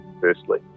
firstly